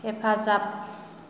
हेफाजाब